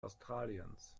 australiens